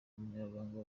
umunyamabanga